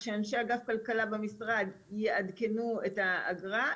כשאנשי אגף כלכלה במשרד יעדכנו את האגרה,